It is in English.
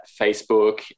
Facebook